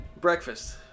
breakfast